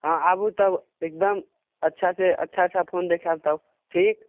हँ आबू तब एकदम अच्छा से अच्छा सा फोन देखायब तब ठीक